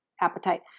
appetite